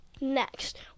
next